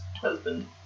husband